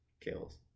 kills